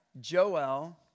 Joel